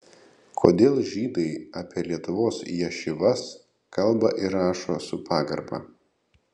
kodėl žydai apie lietuvos ješivas kalba ir rašo su pagarba